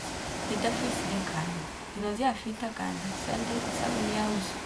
zi zitafyei sile nkhani zino ziyafita khani sandi sabuni ya uso